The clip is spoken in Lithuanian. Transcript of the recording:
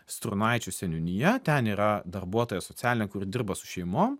strūnaičio seniūnija ten yra darbuotoja socialinė kuri dirba su šeimom